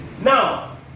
now